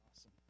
awesome